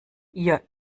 ihr